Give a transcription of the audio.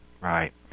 Right